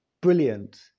brilliant